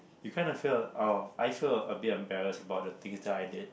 you kinda feel oh I also a bit embarrass about the things that I did